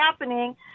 happening